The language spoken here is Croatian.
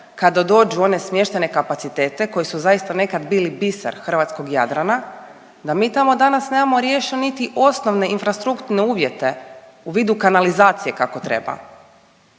kada dođu u one smještajne kapacitete koji su zaista nekad bili biser hrvatskog Jadrana, da mi tamo danas nemamo riješene niti osnovne infrastrukturne uvjete u vidu kanalizacije kako treba.